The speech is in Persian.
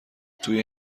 توی